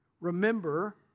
Remember